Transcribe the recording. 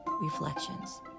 reflections